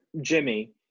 Jimmy